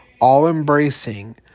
all-embracing